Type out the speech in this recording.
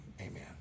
amen